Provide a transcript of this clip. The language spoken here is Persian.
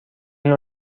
نوع